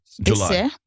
July